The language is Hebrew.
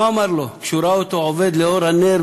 מה הוא אמר לו כשהוא ראה אותו עובד לאור הנר,